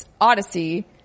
Odyssey